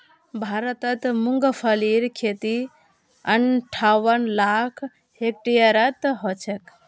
भारतत मूंगफलीर खेती अंठावन लाख हेक्टेयरत ह छेक